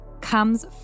comes